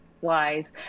wise